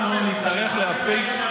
אנחנו נצטרך להפיק,